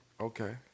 Okay